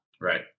Right